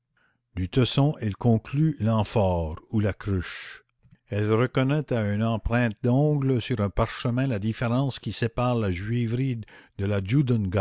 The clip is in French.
du tesson elle conclut l'amphore ou la cruche elle reconnaît à une empreinte d'ongle sur un parchemin la différence qui sépare la juiverie de la